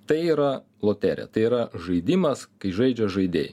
tai yra loterija tai yra žaidimas kai žaidžia žaidėjai